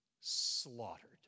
slaughtered